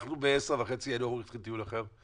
בעשר וחצי היינו אמורים להתחיל דיון אחר.